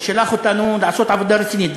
ששלח אותנו לעשות עבודה רצינית,